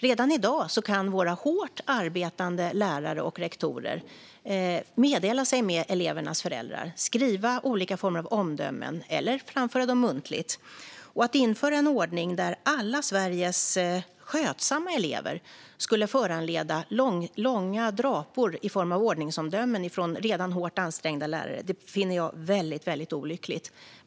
Redan i dag kan våra hårt arbetande lärare och rektorer meddela sig med elevernas föräldrar. De kan skriva olika former av omdömen eller framföra dem muntligt. Att införa en ordning där alla Sveriges skötsamma elever ska föranleda långa drapor i form av ordningsomdömen från redan hårt ansträngda lärare finner jag mycket olyckligt.